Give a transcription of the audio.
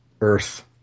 Earth